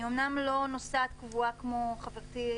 אני אומנם לא נוסעת קבועה כמו חברתי,